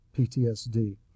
PTSD